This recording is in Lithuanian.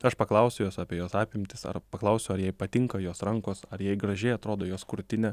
aš paklausiu jos apie jos apimtis ar paklausiau ar jai patinka jos rankos ar jai gražiai atrodo jos krūtinė